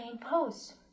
pose